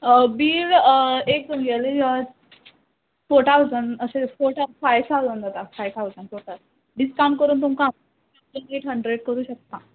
bill एक यली four thousand अशें फोर फाय थावजंड जाता फायव थाउजंड टोटल डिस्कावंट करून तुमकां एट हंड्रेड करूं शकता